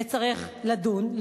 נצטרך לדון,